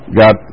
got